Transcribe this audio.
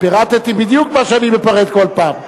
פירטתי בדיוק מה שאני מפרט כל פעם.